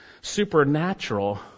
supernatural